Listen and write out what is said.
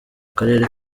karere